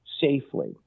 safely